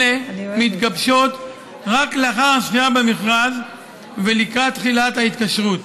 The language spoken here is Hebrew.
אלה מתגבשות רק לאחר הזכייה במכרז ולקראת תחילת ההתקשרות.